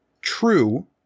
true